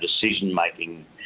decision-making